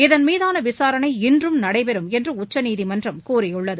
இதள் மீதான விசாரணை இன்றும் நடைபெறும் என்று உச்சநீதிமன்றம் கூறியுள்ளது